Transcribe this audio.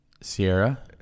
Sierra